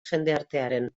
jendartearen